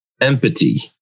empathy